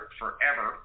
forever